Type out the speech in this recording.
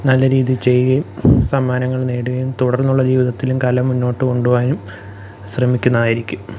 നല്ല രീതിയില് ചെയ്യുകയും സമ്മാനങ്ങൾ നേടുകയും തുടർന്നുള്ള ജീവിതത്തിലും കല മുന്നോട്ട് കൊണ്ടുപോകാനും ശ്രമിക്കുന്നായാരിക്കും